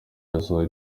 yasohoye